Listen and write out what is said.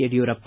Yediyurappa